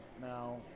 now